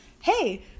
hey